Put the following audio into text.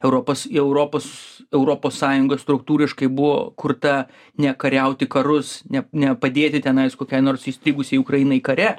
europos europos europos sąjungos struktūriškai buvo kurta ne kariauti karus ne nepadėti tenai kokiai nors įstrigusiai ukrainai kare